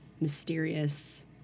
mysterious